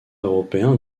européen